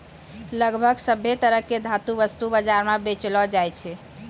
लगभग सभ्भे तरह के धातु वस्तु बाजार म बेचलो जाय छै